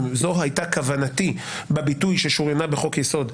זאת הייתה כוונתי בביטוי ששוריינה בחוק יסוד,